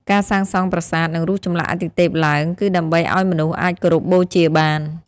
ការសាងសង់ប្រាសាទ និងរូបចម្លាក់អាទិទេពឡើង គឺដើម្បីឱ្យមនុស្សអាចគោរពបូជាបាន។